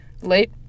Late